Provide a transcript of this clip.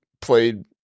played